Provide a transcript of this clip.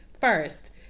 first